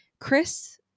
Chris